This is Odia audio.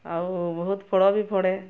ଆଉ ବହୁତ ଫଳ ବି ପଡ଼େ